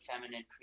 feminine